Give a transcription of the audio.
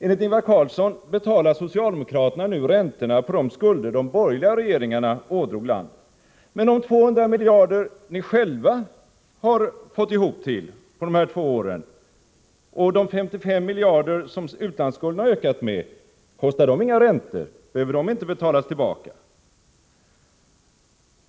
Enligt Ingvar Carlsson betalar socialdemokraterna nu räntorna på de skulder som de borgerliga regeringarna ådrog landet. Men behöver ni då inte betala räntan på de 200 miljarder kronor som ni själva fått ihop under dessa två år och de 55 miljarder kronor som utlandsskulden ökat med? Behöver inte detta betalas tillbaka?